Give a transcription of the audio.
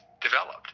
developed